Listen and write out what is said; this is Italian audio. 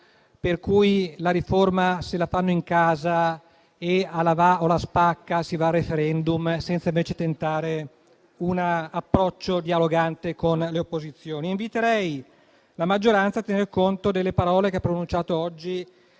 per cui la riforma se la fanno in casa e, o la va o la spacca, si va al *referendum* senza tentare un approccio dialogante con le opposizioni. Inviterei la maggioranza a tener conto delle parole che ha pronunciato oggi